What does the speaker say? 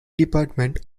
department